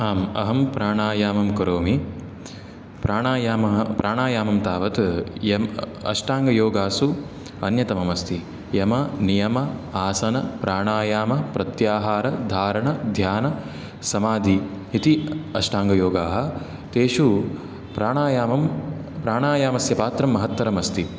आम् अहं प्राणायामं करोमि प्राणायामः प्राणायामं तावत् यम् अष्टाङ्गयोगासु अन्यतमम् अस्ति यम नियम आसन प्राणायाम प्रत्याहार धारण ध्यान समाधि इति अष्टाङ्गयोगाः तेषु प्राणायामं प्राणायामस्य पात्रं महत्तरमस्ति